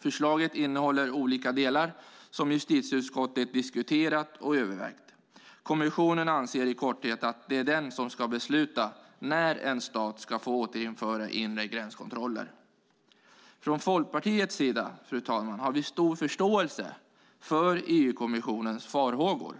Förslaget innehåller olika delar som justitieutskottet diskuterat och övervägt. Kommissionen anser i korthet att det är den som ska besluta när en stat ska få återinföra inre gränskontroller. Fru talman! Från Folkpartiets sida har vi stor förståelse för EU-kommissionens farhågor.